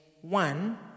one